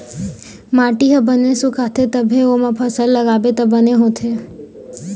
माटी ह बने सुखाथे तभे ओमा फसल लगाबे त बने होथे